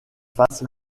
face